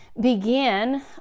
Begin